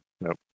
Nope